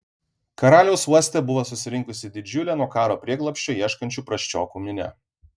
karaliaus uoste buvo susirinkusi didžiulė nuo karo prieglobsčio ieškančių prasčiokų minia